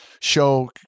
show